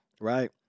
right